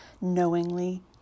knowingly